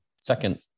second